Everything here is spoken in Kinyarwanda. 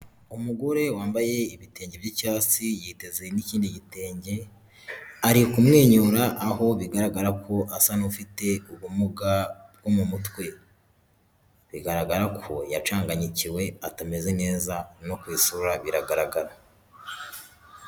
Umugore wambaye ibitenge by'icyatsi yiteze n'ikindi gitenge ari kumwenyura aho bigaragara ko asa n'ufite ubumuga bwo mu mutwe bigaragara ko yacanganyikiwe atameze neza no ku isura biragaragara.